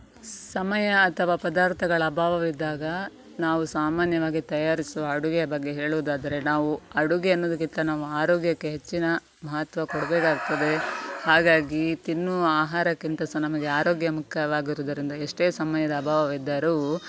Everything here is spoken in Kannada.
ಸಮಯ ಅಥವಾ ಪದಾರ್ಥಗಳ ಅಭಾವವಿದ್ದಾಗ ನಾವು ಸಾಮಾನ್ಯವಾಗಿ ತಯಾರಿಸುವ ಅಡುಗೆ ಬಗ್ಗೆ ಹೇಳುವುದಾದರೆ ನಾವು ಅಡುಗೆ ಅನ್ನುವುದಕ್ಕಿಂತ ನಾವು ಆರೋಗ್ಯಕ್ಕೆ ಹೆಚ್ಚಿನ ಮಹತ್ವ ಕೊಡಬೇಕಾಗ್ತದೆ ಹಾಗಾಗಿ ತಿನ್ನುವ ಆಹಾರಕ್ಕಿಂತ ಸಹ ನಮಗೆ ಆರೋಗ್ಯ ಮುಖ್ಯವಾಗಿರುವುದರಿಂದ ಎಷ್ಟೇ ಸಮಯದ ಅಭಾವವಿದ್ದರೂ